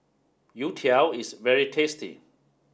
Youtiao is very tasty